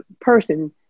person